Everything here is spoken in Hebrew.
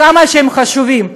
כמה שהם חשובים,